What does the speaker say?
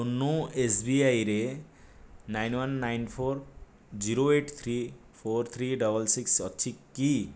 YONO ଏସ୍ବିଆଇରେ nine one nine four zero eight three four three double six ଅଛି କି